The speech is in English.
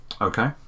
Okay